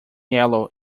yellow